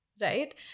right